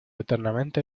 eternamente